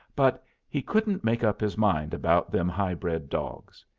but he couldn't make up his mind about them high-bred dogs.